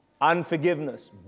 unforgiveness